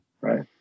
right